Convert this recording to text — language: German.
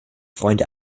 freunde